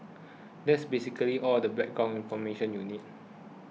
that's basically all the background information you need